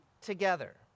together